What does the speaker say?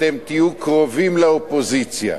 אתם תהיו קרובים לאופוזיציה.